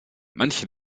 manche